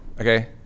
okay